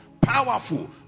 powerful